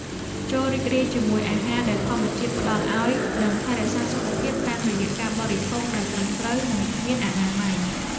ចូររីករាយជាមួយអាហារដែលធម្មជាតិផ្ដល់ឱ្យ និងថែរក្សាសុខភាពតាមរយៈការបរិភោគដែលត្រឹមត្រូវ និងមានអនាម័យ។